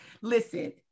Listen